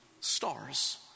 stars